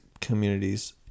communities